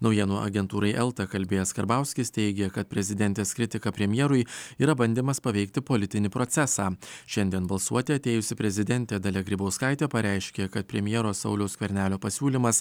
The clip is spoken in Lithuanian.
naujienų agentūrai elta kalbėjęs karbauskis teigė kad prezidentės kritika premjerui yra bandymas paveikti politinį procesą šiandien balsuoti atėjusi prezidentė dalia grybauskaitė pareiškė kad premjero sauliaus skvernelio pasiūlymas